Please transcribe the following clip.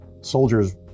soldiers